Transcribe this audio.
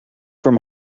from